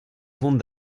vont